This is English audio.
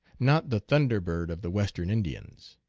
not the thunder bird of the western indians.